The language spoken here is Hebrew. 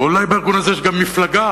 ואולי בארגון הזה יש גם מפלגה?